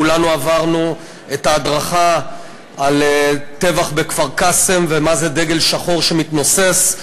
כולנו עברנו את ההדרכה על הטבח בכפר-קאסם ומה זה דגל שחור שמתנוסס.